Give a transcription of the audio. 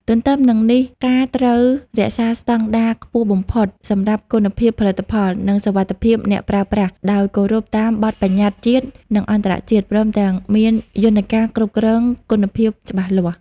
ទន្ទឹមនឹងនេះការត្រូវ រក្សាស្តង់ដារខ្ពស់បំផុតសម្រាប់គុណភាពផលិតផល និងសុវត្ថិភាពអ្នកប្រើប្រាស់ ដោយគោរពតាមបទប្បញ្ញត្តិជាតិ និងអន្តរជាតិ ព្រមទាំងមានយន្តការគ្រប់គ្រងគុណភាពច្បាស់លាស់។